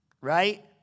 right